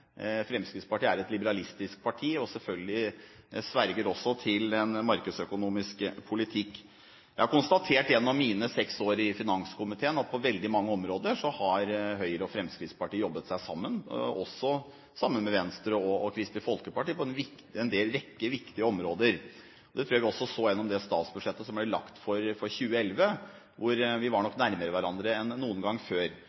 Fremskrittspartiet er et liberalistisk parti og sverger selvfølgelig også til en markedsøkonomisk politikk. Jeg har konstatert gjennom mine seks år i finanskomiteen at på veldig mange områder har Høyre og Fremskrittspartiet jobbet seg sammen, og også sammen med Venstre og Kristelig Folkeparti på en rekke viktige områder. Det tror jeg vi også så i forbindelse med det statsbudsjettet som ble lagt for 2011, hvor vi nok var nærmere hverandre enn noen gang før.